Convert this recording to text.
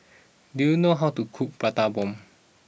do you know how to cook Prata Bomb